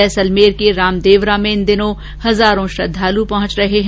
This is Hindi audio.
जैसलमेर के रामदेवरा में इन दिनों हजारों श्रद्धालु पहुंच रहे हैं